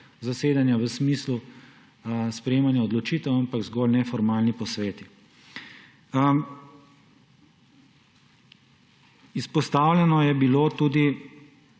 zasedanja v smislu sprejemanja odločitev, ampak so zgolj neformalni posveti. Izpostavljena je bila